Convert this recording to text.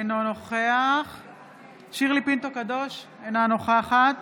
אינו נוכח שירלי פינטו קדוש, אינה נוכחת